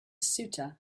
ceuta